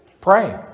Pray